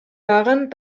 darin